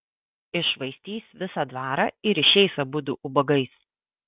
iššvaistys visą dvarą ir išeis abudu ubagais